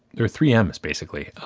there are three m's, basically.